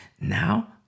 Now